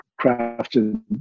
crafted